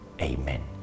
Amen